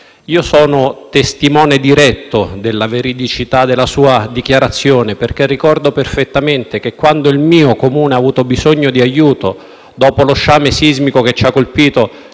Io sono testimone diretto della veridicità della sua dichiarazione, perché ricordo perfettamente che quando il mio Comune ha avuto bisogno di aiuto, dopo lo sciame sismico che ci ha colpito